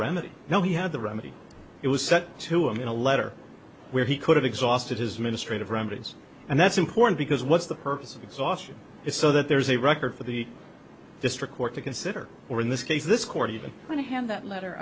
remedy now he had the remedy it was said to him in a letter where he could have exhausted his ministry of remedies and that's important because what's the purpose of exhaustion is so that there is a record for the district court to consider or in this case this court even going to hand that letter